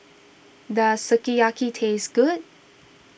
does Sukiyaki taste good